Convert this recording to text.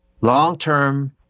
long-term